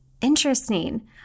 interesting